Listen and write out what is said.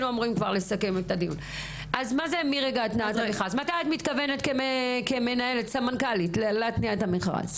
מתי את מתכוונת להניע את המכרז?